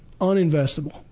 uninvestable